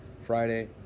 Friday